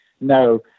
No